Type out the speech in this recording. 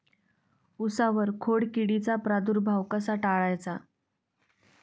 उसावर खोडकिडीचा प्रादुर्भाव कसा टाळायचा?